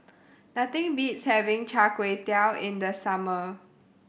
nothing beats having Char Kway Teow in the summer